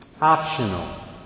optional